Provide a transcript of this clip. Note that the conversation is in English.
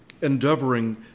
endeavoring